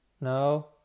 No